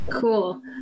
Cool